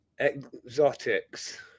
exotics